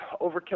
Overkill